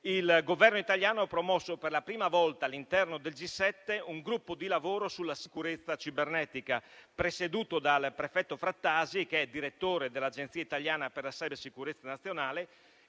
Il Governo italiano ha promosso per la prima volta all'interno del G7 un gruppo di lavoro sulla sicurezza cibernetica, presieduto dal prefetto Frattasi, che è direttore dell'Agenzia italiana per la cybersicurezza nazionale,